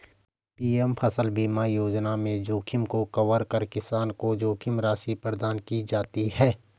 PM फसल बीमा योजना में जोखिम को कवर कर किसान को जोखिम राशि प्रदान की जाती है